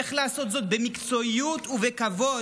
איך לעשות זאת במקצועיות ובכבוד,